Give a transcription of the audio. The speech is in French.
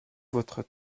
votre